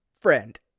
friend